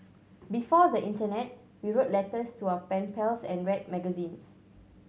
before the internet we wrote letters to our pen pals and read magazines